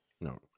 No